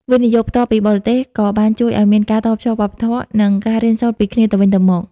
វិនិយោគផ្ទាល់ពីបរទេស ក៏បានជួយឱ្យមានការ "តភ្ជាប់វប្បធម៌" និងការរៀនសូត្រពីគ្នាទៅវិញទៅមក។